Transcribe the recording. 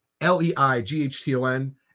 L-E-I-G-H-T-O-N